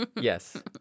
Yes